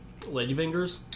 ladyfingers